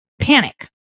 panic